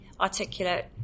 articulate